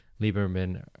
Lieberman